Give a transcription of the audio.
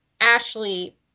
Ashley